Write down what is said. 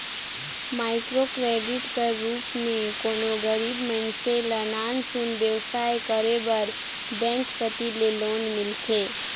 micro credit कर रूप में कोनो गरीब मइनसे ल नान सुन बेवसाय करे बर बेंक कती ले लोन मिलथे